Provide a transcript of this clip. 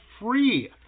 free